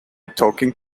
talking